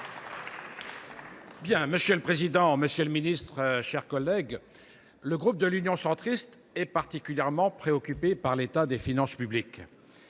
Monsieur le président, monsieur le ministre, mes chers collègues, le groupe Union Centriste est particulièrement préoccupé par l’état des finances publiques.